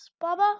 Baba